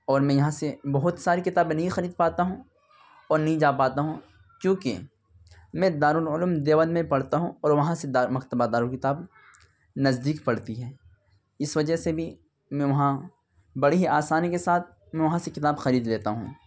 اور میں یہاں سے بہت ساری کتابیں نہیں خرید پاتا ہوں اور نہیں جا پاتا ہوں کیونکہ میں دار العلوم دیوبند میں پڑھتا ہوں اور وہاں سے مکتبہ دار الکتاب نزدیک پڑتی ہے اس وجہ سے بھی میں وہاں بڑی ہی آسانی کے ساتھ وہاں سے کتاب خرید لیتا ہوں